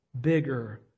Bigger